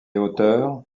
hauteurs